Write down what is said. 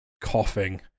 coughing